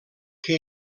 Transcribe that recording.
què